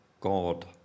God